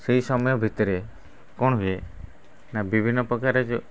ସେହି ସମୟ ଭିତରେ କ'ଣ ହୁଏ ନା ବିଭିନ୍ନ ପ୍ରକାରରେ ଯେଉଁ